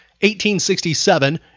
1867